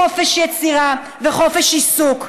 חופש יצירה וחופש עיסוק.